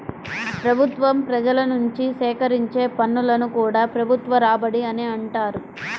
ప్రభుత్వం ప్రజల నుంచి సేకరించే పన్నులను కూడా ప్రభుత్వ రాబడి అనే అంటారు